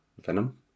venom